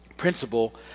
principle